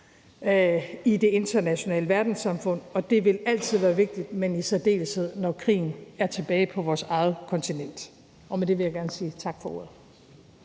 i det internationale verdenssamfund, og det vil altid være vigtigt, men i særdeleshed når krigen er tilbage på vores eget kontinent. Med det vil jeg gerne sige tak for ordet.